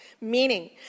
meaning